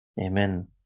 Amen